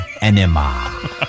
enema